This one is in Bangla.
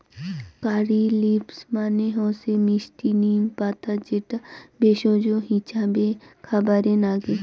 কারী লিভস মানে হসে মিস্টি নিম পাতা যেটা ভেষজ হিছাবে খাবারে নাগে